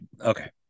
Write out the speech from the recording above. okay